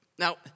Now